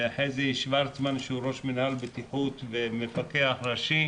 וחזי שוורצמן, שהוא ראש מינהל בטיחות ומפקח ראשי,